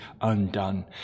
undone